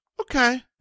okay